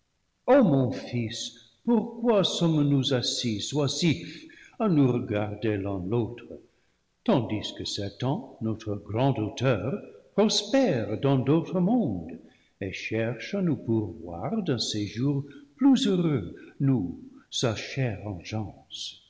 o mon fils pourqui sommes-nous assis oisifs à nous re garder l'un l'autre tandis que satan notre grand auteur prospère dans d'autres mondes et cherche à nous pourvoir d'un séjour plus heureux nous sa chère